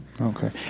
Okay